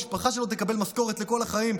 המשפחה שלו תקבל משכורת לכל החיים,